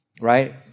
right